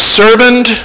servant